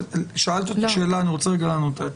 אבל שאלת אותי שאלה, אני רוצה רגע לענות עליה.